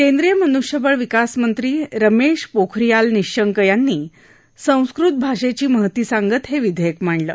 केंद्रीय मनुष्यबळ विकास मंत्री रमख्री पोखरियाल निशंक यांनी संस्कृत भाषद्यीी महती सांगत हठ विधयक्त मांडलं